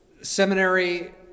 seminary